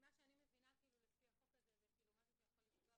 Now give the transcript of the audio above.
ממה שאני מבינה זה משהו שיכול לפגוע